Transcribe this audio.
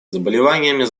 заболеваниями